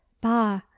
bah